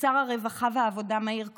לשר הרווחה והעבודה מאיר כהן,